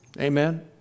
Amen